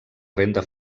renda